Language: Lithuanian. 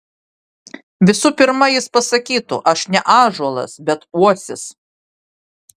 visų pirma jis pasakytų aš ne ąžuolas bet uosis